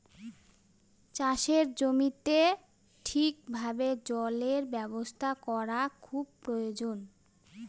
চাষের জমিতে ঠিক ভাবে জলের ব্যবস্থা করা খুব প্রয়োজন